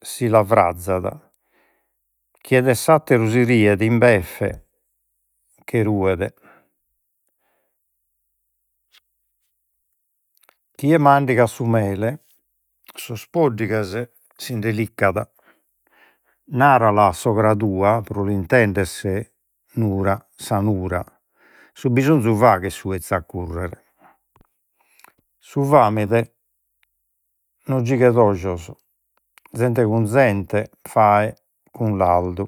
Si la frazat. Chie de s'atteru si riet in beffe che ruet chie mandigat su mele sos poddighes sinde liccat, naralu a sogra tua pro l'intendere nura sa nura, su bisonzu faghet su 'ezzu a currere. Su no gighet ojos. Zente cun zente, fae cun lardu,